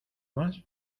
más